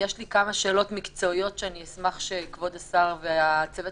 כמה שאלות מקצועיות שאשמח אם כבוד השר והצוות